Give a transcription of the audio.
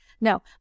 No